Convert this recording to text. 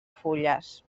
fulles